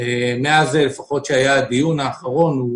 מאז הדיון האחרון הוא